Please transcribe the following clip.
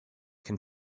can